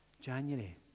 January